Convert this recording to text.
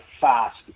fast